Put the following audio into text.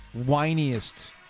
whiniest